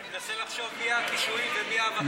אני מנסה לחשוב מי הקישואים ומי האבטיחים.